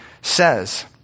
says